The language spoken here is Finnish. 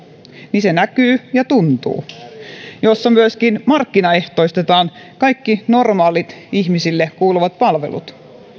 niin se näkyy ja tuntuu myöskin markkinaehtoistetaan kaikki normaalit ihmisille kuuluvat palvelut